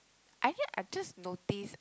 and then I just notice